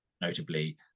notably